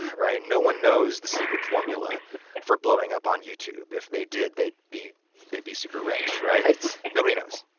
right. no one knows the secret formula for blowing up on youtube. if they did, they'd be they'd be super rich, right? nobody knows.